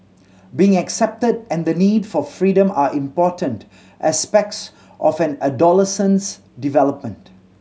being accepted and the need for freedom are important aspects of an adolescent's development